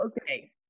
Okay